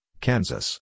Kansas